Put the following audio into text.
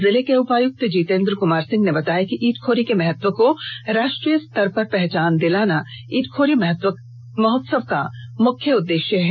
जिले के उपायुक्त जितेंद्र कुमार सिंह ने बताया कि इटखोरी के महत्व को राष्ट्रीय स्तर पर पहचान दिलाना इटखोरी महोत्सव का मुख्य उद्देश्य है